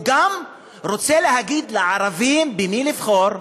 הוא גם רוצה להגיד לערבים במי לבחור: